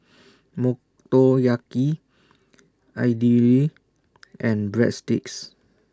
Motoyaki Idili and Breadsticks